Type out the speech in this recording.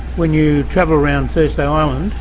when you travel around thursday island,